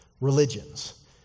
religions